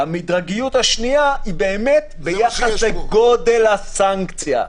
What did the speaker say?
והמדרגיות השנייה היא ביחס לגודל הסנקציה.